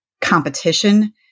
competition